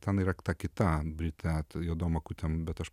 ten yra ta kita britė juodom akutėm bet aš